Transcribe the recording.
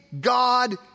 God